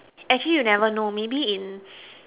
actually you never know maybe in